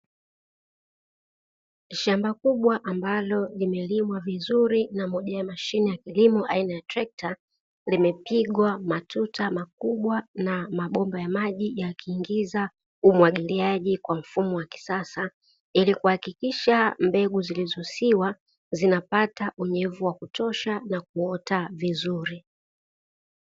Shamba kubwa ambalo limelimwa vizuri na moja ya mashine ya kilimo aina trekta limepigwa matuta makubwa na mabomba ya maji yakiingiza umwagiliaji kwa mfumo wa kisasa ili kuhakikisha mbegu zilizohusiwa zinapata unyevu wa kutosha na kuota vizuri.